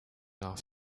off